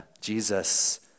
Jesus